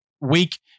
weak